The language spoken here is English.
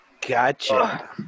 gotcha